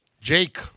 Jake